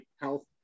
health